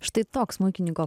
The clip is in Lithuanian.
štai toks smuikininko